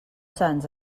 sants